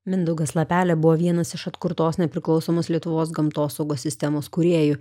mindaugas lapelė buvo vienas iš atkurtos nepriklausomos lietuvos gamtosaugos sistemos kūrėjų